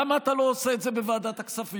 למה אתה לא עושה את זה בוועדת הכספים?